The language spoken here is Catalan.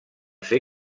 ser